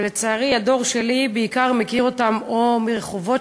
ולצערי הדור שלי מכיר אותם בעיקר או מרחובות